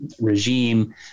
regime